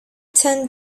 ten